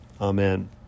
Amen